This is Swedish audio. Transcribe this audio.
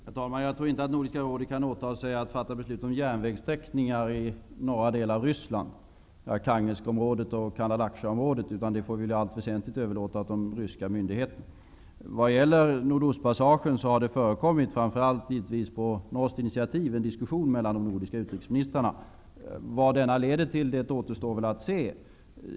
Herr talman! Jag tror inte att Nordiska rådet kan åta sig att fatta beslut om järnvägssträckningar i Arkhangelsk och Kandalaksjaområdena i norra delen av Ryssland. Det får i allt väsentligt överlåtas åt de ryska myndigheterna. Vad gäller nordostpassagen har det tidvis framför allt på norskt initiativ förekommit en diskussion mellan de nordiska utrikesministrarna. Vad denna leder till återstår väl att se.